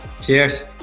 Cheers